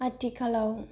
आथिखालाव